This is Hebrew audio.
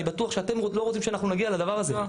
בטוח שאתם לא רוצים שאנחנו נגיע לדבר הזה.